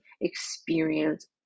experience